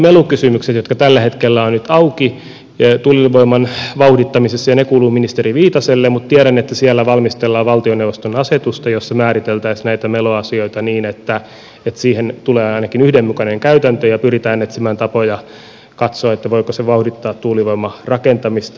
enemmänkin melukysymykset tällä hetkellä ovat auki tuulivoiman vauhdittamisessa ja ne kuuluvat ministeri viitaselle mutta tiedän että siellä valmistellaan valtioneuvoston asetusta jossa määriteltäisiin näitä meluasioita niin että siihen tulee ainakin yhdenmukainen käytäntö ja pyritään etsimään tapoja katsoa voiko se vauhdittaa tuulivoimarakentamista